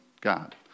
God